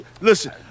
listen